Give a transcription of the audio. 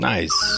Nice